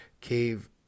cave